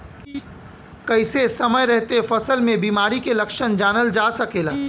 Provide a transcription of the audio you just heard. कइसे समय रहते फसल में बिमारी के लक्षण जानल जा सकेला?